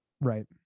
right